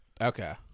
Okay